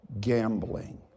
gambling